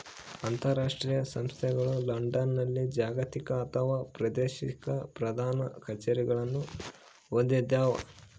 ಅಂತರಾಷ್ಟ್ರೀಯ ಸಂಸ್ಥೆಗಳು ಲಂಡನ್ನಲ್ಲಿ ಜಾಗತಿಕ ಅಥವಾ ಪ್ರಾದೇಶಿಕ ಪ್ರಧಾನ ಕಛೇರಿಗಳನ್ನು ಹೊಂದ್ಯಾವ